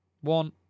One